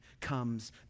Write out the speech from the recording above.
comes